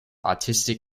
artistic